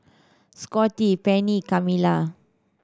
Scotty Pennie Kamila